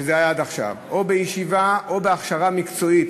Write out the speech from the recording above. שזה היה עד עכשיו, או בישיבה או בהכשרה מקצועית.